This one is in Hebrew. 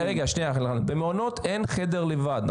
במעונות אין חדר לבד.